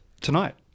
Tonight